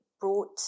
brought